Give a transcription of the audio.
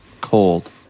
cold